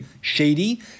shady